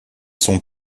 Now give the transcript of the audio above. sont